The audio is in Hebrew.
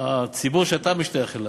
הציבור שאתה משתייך אליו,